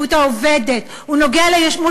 הוא נוגע להתיישבות העובדת,